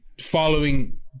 following